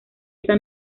esa